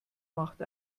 macht